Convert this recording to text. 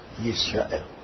Yisrael